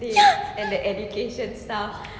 ya